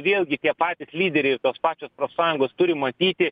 vėlgi tie patys lyderiai ir tos pačios profsąjungos turi matyti